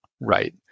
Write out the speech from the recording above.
Right